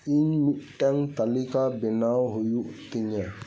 ᱤᱧ ᱢᱤᱫᱴᱟᱝ ᱛᱟᱹᱞᱤᱠᱟ ᱵᱮᱱᱟᱣ ᱦᱩᱭᱩᱜ ᱛᱤᱧᱟᱹ